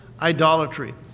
idolatry